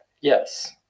Yes